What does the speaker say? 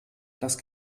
das